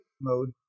mode